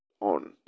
on